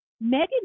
Megan